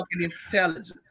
intelligence